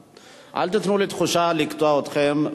אל תיתנו לי תחושה שעלי לקטוע אתכם.